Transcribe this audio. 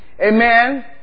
amen